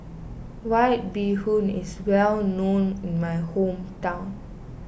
White Bee Hoon is well known in my hometown